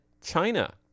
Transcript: China